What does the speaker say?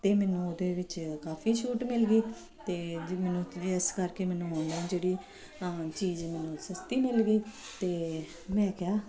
ਅਤੇ ਮੈਨੂੰ ਉਹਦੇ ਵਿੱਚ ਕਾਫੀ ਛੂਟ ਮਿਲ ਗਈ ਅਤੇ ਜੀ ਮੈਨੂੰ ਇਸ ਕਰਕੇ ਮੈਨੂੰ ਔਨਲਾਈਨ ਜਿਹੜੀ ਚੀਜ਼ ਮੈਨੂੰ ਸਸਤੀ ਮਿਲ ਗਈ ਅਤੇ ਮੈਂ ਕਿਹਾ